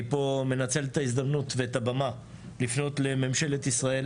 אני פה מנצל את ההזדמנות ואת הבמה לפנות לממשלת ישראל